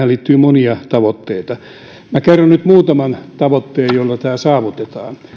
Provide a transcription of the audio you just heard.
liittyy monia tavoitteita kerron nyt muutaman tavoitteen joilla tämä saavutetaan